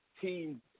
team